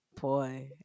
Boy